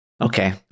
Okay